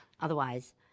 Otherwise